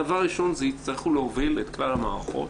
הדבר הראשון, יצטרכו להוביל את כלל המערכות,